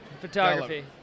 photography